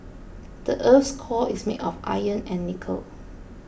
the earth's core is made of iron and nickel